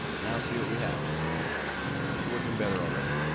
now see what we have. it's looking better already.